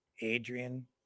Adrian